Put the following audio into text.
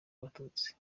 abatutsi